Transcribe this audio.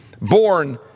born